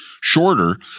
shorter